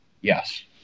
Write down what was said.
Yes